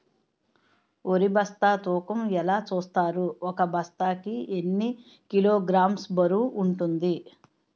వరి బస్తా తూకం ఎలా చూస్తారు? ఒక బస్తా కి ఎన్ని కిలోగ్రామ్స్ బరువు వుంటుంది?